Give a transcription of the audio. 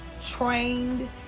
trained